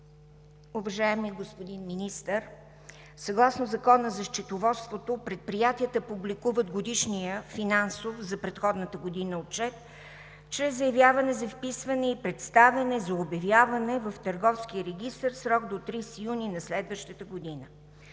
Уважаеми господин Министър, съгласно Закона за счетоводството, предприятията публикуват годишния финансов отчет за предходната година чрез заявяване за вписване и представяне за обявяване в Търговския регистър в срок до 30 юни на следващата година.